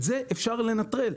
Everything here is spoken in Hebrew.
את זה אפשר לנטרל.